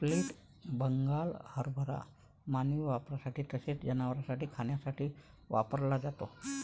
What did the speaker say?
split Bengal हरभरा मानवी वापरासाठी तसेच जनावरांना खाण्यासाठी वापरला जातो